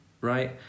right